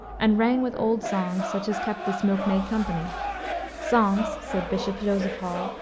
and rang with old songs, such as kept this milkmaid company songs, said bishop joseph hall,